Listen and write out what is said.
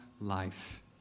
life